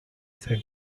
said